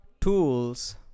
tools